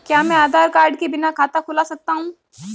क्या मैं आधार कार्ड के बिना खाता खुला सकता हूं?